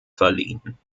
verliehen